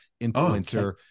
influencer